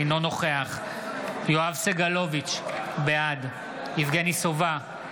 אינו נוכח יואב סגלוביץ' בעד יבגני סובה,